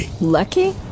Lucky